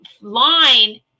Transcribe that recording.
line